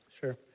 Sure